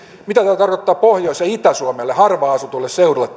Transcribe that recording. mitä tämä teidän markkinaohjelmanne tarkoittaa pohjois ja itä suomelle harva asutuille seuduille